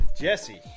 Jesse